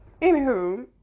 Anywho